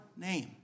name